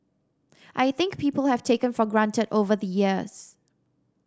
I think people have taken for granted over the years